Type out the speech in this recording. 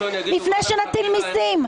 לפני שנטיל מיסים.